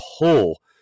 pull